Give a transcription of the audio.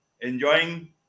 enjoying